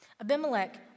Abimelech